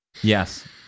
Yes